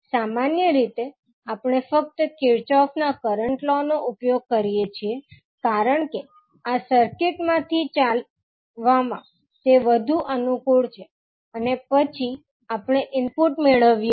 સામાન્ય રીતે આપણે ફક્ત કિર્ચોફના કરંટ લોનો ઉપયોગ કરીએ છીએ કારણ કે આ સર્કિટમાંથી ચાલવામાં તે વધુ અનુકૂળ છે અને પછી આપણે ઇનપુટ મેળવીએ છીએ